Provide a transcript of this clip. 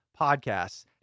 podcasts